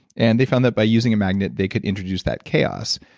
and they found that by using a magnet they could introduce that chaos.